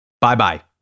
bye-bye